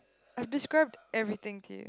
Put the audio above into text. I've described everything to you